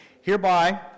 Hereby